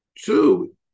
Two